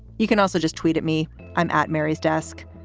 you can also just tweet at me i'm at mary's desk.